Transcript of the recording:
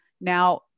now